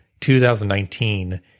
2019